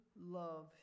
love